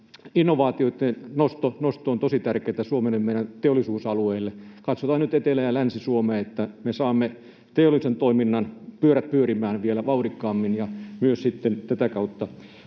innovaatioitten nosto on tosi tärkeätä Suomelle, meidän teollisuusalueille. Katsotaan nyt Etelä‑ ja Länsi-Suomeen, että me saamme teollisen toiminnan pyörät pyörimään vielä vauhdikkaammin ja myös sitten tätä kautta